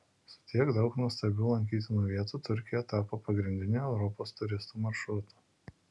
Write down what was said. su tiek daug nuostabių lankytinų vietų turkija tapo pagrindiniu europos turistų maršrutu